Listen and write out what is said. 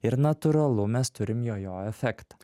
ir natūralu mes turim jojo efektą